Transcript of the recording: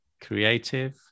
creative